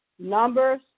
Numbers